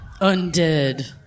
undead